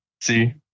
See